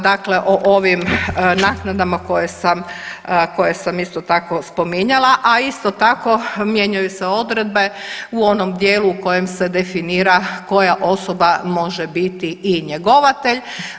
Dakle, o ovim naknadama koje sam isto tako spominjala, a isto tako mijenjaju se odredbe u onom dijelu u kojem se definira koja osoba može biti i njegovatelj.